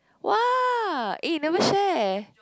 !wah! eh never share